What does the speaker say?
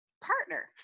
partner